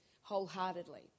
wholeheartedly